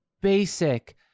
basic